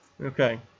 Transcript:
Okay